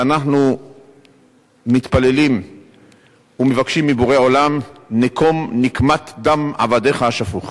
ואנחנו מתפללים ומבקשים מבורא עולם: נקום נקמת דם עבדיך השפוך.